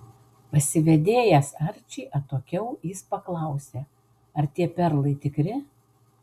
pasivedėjęs arčį atokiau jis paklausė ar tie perlai tikri